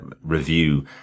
review